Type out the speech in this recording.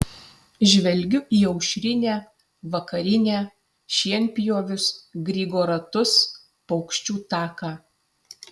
žvelgiu į aušrinę vakarinę šienpjovius grigo ratus paukščių taką